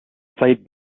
played